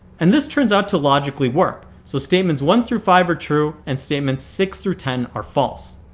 and this turns out to logically work, so statements one through five are true, and statements six through ten are false.